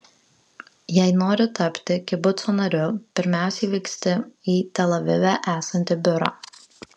jei nori tapti kibuco nariu pirmiausiai vyksti į tel avive esantį biurą